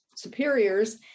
superiors